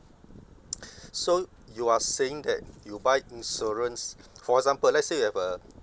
so you are saying that you buy insurance for example let's say you have a